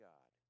God